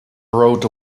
rode